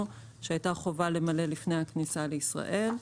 שהייתה חובה למלא לפני הכניסה לישראל.